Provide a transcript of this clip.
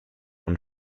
und